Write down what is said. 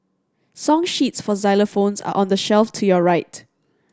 song sheets for xylophones are on the shelf to your right